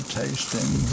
tasting